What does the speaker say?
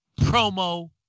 promo